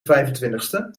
vijfentwintigste